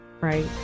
right